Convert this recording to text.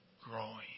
growing